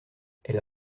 elle